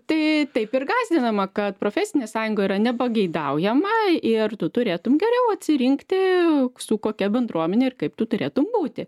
tai taip ir gąsdinama kad profesinė sąjunga yra nepageidaujama ir tu turėtum geriau atsirinkti su kokia bendruomene ir kaip tu turėtum būti